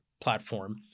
platform